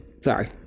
Sorry